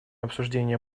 обсуждения